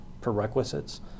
prerequisites